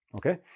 okay?